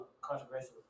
controversial